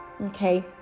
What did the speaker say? Okay